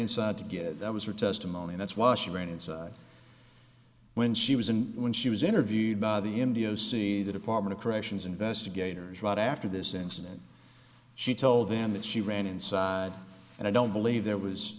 inside to get that was her testimony that's why she ran and when she was and when she was interviewed by the indias see the department of corrections investigators right after this incident she told them that she ran inside and i don't believe there was